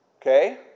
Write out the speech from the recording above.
Okay